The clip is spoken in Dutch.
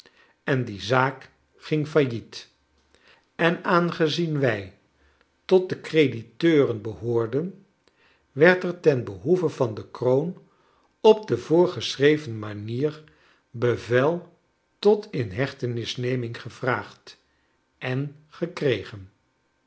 en die zaak ging failliet en aangezien wij tot de crediteuren behoorden werd er ten behoeve van de kroon op de voorgeschreven manier bevel tot inhechtenisneming gevraagd en gekregen